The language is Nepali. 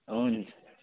हुन्छ